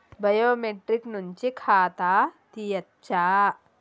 Biometric నుంచి ఖాతా తీయచ్చా?